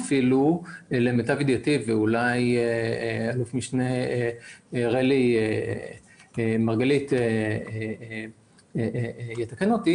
למיטב ידיעתי לא קיימת אפילו ואולי אל"מ רלי מרגלית יתקן אותי